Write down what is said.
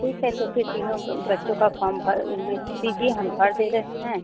ठीक है तो फिर तीनों बच्चों का फॉर्म भर दीजिए हम भर दे रहें हैं